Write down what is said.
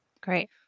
Great